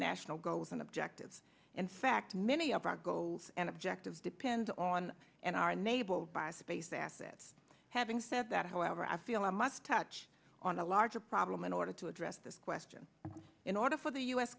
national goals and objectives in fact many of our goals and objectives depend on and are unable by space assets having said that however i feel i must touch on a larger problem in order to address this question in order for the u s